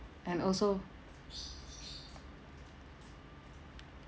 and also